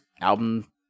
album